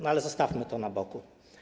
No, ale zostawmy to na boku.